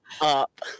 up